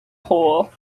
hole